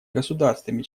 государствами